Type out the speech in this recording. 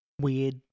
weird